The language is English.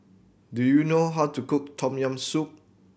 do you know how to cook Tom Yam Soup